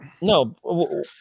No